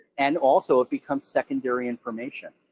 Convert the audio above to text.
and also, it becomes secondary information.